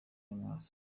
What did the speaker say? nyamwasa